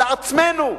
לעצמנו,